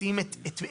רוצים את מה?